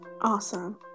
awesome